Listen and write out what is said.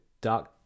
Dark